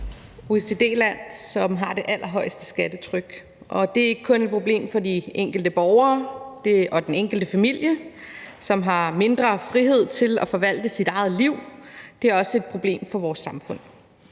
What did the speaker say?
det OECD-land, som har det allerhøjeste skattetryk, og det er ikke kun et problem for de enkelte borgere og den enkelte familie, som har mindre frihed til at forvalte deres eget liv, men det er også et problem for vores samfund.